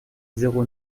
zéro